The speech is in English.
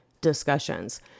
discussions